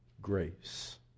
Grace